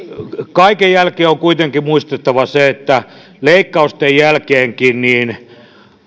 kaiken jälkeenkin on kuitenkin muistettava se että leikkausten jälkeenkin